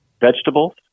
vegetables